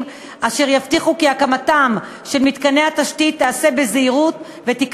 אשר יבטיחו כי הקמתם של מתקני התשתית תיעשה בזהירות ותביא